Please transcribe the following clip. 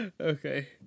Okay